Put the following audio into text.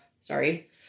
sorry